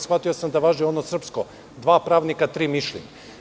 Shvatio sam da važi ono srpsko, dva pravnika – tri mišljenja.